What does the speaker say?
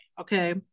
okay